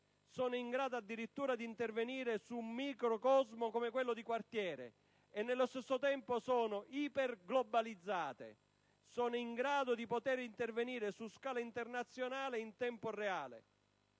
sono in grado addirittura di intervenire su un microcosmo come quello di quartiere, e nello stesso tempo sono iperglobalizzate, potendo intervenire su scala internazionale in tempo reale.